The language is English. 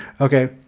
Okay